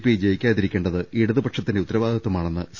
P ജയിക്കാതിരിക്കേണ്ടത് ഇടതുപ ക്ഷത്തിന്റെ ഉത്തരവാദിത്വമാണെന്ന് സി